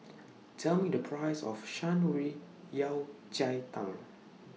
Tell Me The Price of Shan Rui Yao Cai Tang